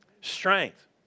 Strength